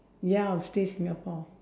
ya I'll stay singapore